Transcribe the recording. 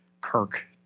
Kirk